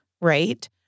right